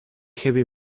heavy